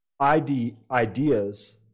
ideas